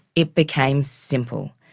it became simple.